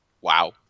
Wow